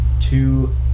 two